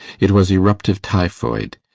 it was eruptive typhoid.